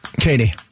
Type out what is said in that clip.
Katie